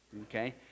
Okay